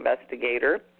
investigator